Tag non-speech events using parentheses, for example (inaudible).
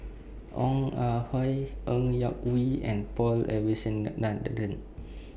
Ong Ah Hoi Ng Yak Whee and Paul (unintelligible)